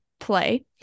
play